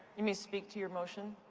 you may speak to your motion.